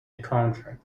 contract